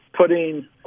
Putting